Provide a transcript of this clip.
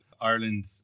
ireland